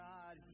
God